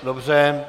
Dobře.